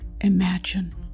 Imagine